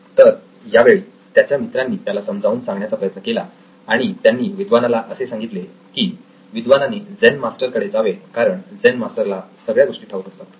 तर यावेळी त्याच्या मित्रांनी त्याला समजावून सांगण्याचा प्रयत्न केला आणि त्यांनी विद्वानाला असे सांगितले की विद्वानाने झेन मास्टर कडे जावे कारण झेन मास्टर ला सगळ्या गोष्टी ठाऊक असतात